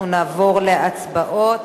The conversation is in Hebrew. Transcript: אנחנו נעבור להצבעות.